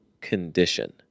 condition